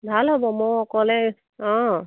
ভাল হ'ব মইও অকলে অ'